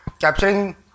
capturing